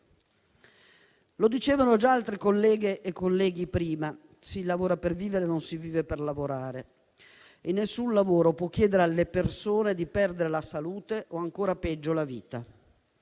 Come dicevano già altre colleghe e colleghi, si lavora per vivere e non si vive per lavorare. Nessun lavoro può chiedere alle persone di perdere la salute o, ancora peggio, la vita.